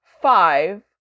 five